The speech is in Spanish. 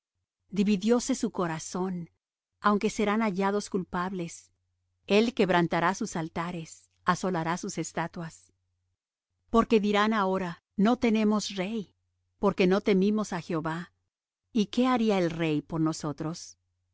estatuas dividióse su corazón ahora serán hallados culpables él quebrantará sus altares asolará sus estatuas porque dirán ahora no tenemos rey porque no temimos á jehová y qué haría el rey por nosotros